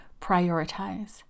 prioritize